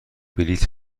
بلیط